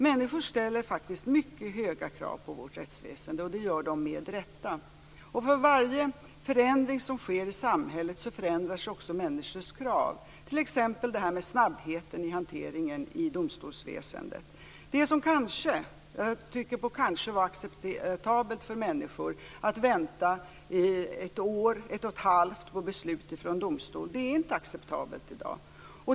Människor ställer faktiskt mycket höga krav på vårt rättsväsende, och det gör de med rätta. För varje förändring som sker i samhället förändrar sig också människors krav. Det kan t.ex. gälla detta med snabbheten i hanteringen i domstolsväsendet. Förut var det kanske - jag trycker på kanske - acceptabelt för människor att vänta ett år eller ett och halvt år på beslut från domstol. Det är inte acceptabelt i dag.